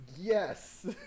yes